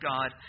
God